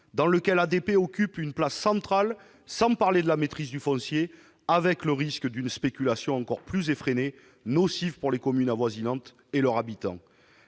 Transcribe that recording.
dans lequel ADP occupe une place centrale, sans parler de la maîtrise du foncier, avec le risque d'une spéculation encore plus effrénée, nocive pour les communes avoisinantes et leurs habitants.